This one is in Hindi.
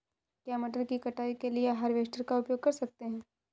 क्या मटर की कटाई के लिए हार्वेस्टर का उपयोग कर सकते हैं?